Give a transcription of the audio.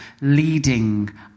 leading